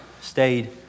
stayed